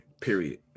period